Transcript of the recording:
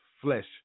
flesh